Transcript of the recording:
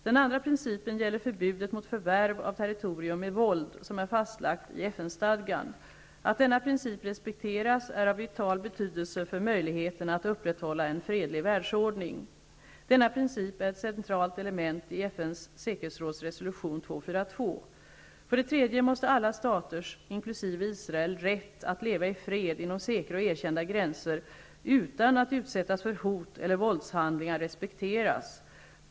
Den andra principen gäller förbudet mot förvärv av territorium med våld, som är fastlagt i FN-stadgan. Att denna princip respekteras är av vital betydelse för möjligheterna att upprätthålla en fredlig världsordning. Denna princip är ett centralt element i FN:s säkerhetsråds resolution 242. För det tredje måste alla staters, inkl. Israel, rätt att leva i fred inom säkra och erkända gränser utan att utsättas för hot eller våldshandlingar respekteras.